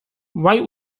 white